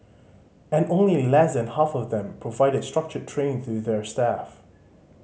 and only less than half of them provide structured training to their staff